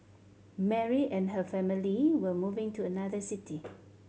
Mary and her family were moving to another city